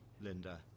Linda